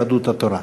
יהדות התורה.